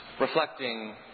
reflecting